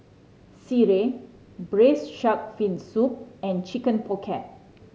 sireh Braised Shark Fin Soup and Chicken Pocket